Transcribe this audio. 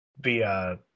via